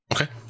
Okay